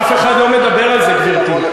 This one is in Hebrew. אף אחד לא מדבר על זה, גברתי.